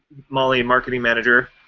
molly, marketing manager.